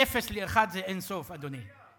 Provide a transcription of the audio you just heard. מאפס לאחד זה אין-סוף, אדוני.